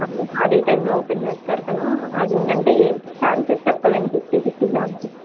అ అదే టైంలో ఓపెన్ చేస్తారు కదా అది అంటే ఛాన్సెస్ చెప్పలేం ఫిఫ్టీ ఫిఫ్టీ ఛాన్సెస్